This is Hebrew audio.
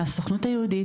מהסוכנות היהודית,